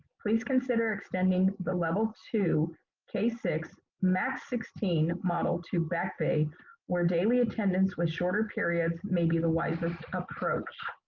please consider extending the level two k six, max sixteen model to that day where daily attendance with shorter periods may be the wisest approach.